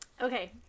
Okay